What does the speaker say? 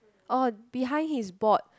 oh behind his board